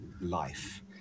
life